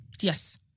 Yes